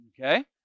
Okay